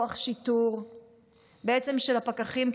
כוח שיטור של הפקחים,